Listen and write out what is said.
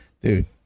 Dude